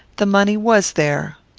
the money was there.